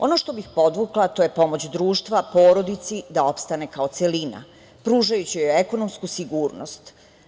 Ono što bih podvukla to je pomoć društva porodici da opstane kao celina pružajući joj ekonomsku sigurnost.